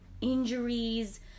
injuries